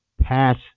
pass